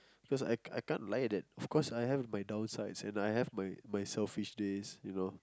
because I can't I can't lie that of course I have my downsides and I have my my selfish days you know